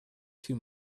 too